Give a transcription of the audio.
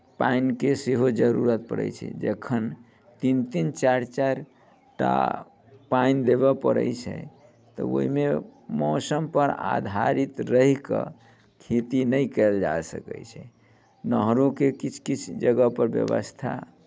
पानिके सेहो जरूरत पड़ैत छै जखन तीन तीन चारि चारिटा पानि देबय पड़ैत छै तऽ ओहिमे मौसमपर आधारित रहि कऽ खेती नहि कयल जा सकैत छै नहरोके किछु किछु जगह पर व्यवस्था